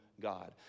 God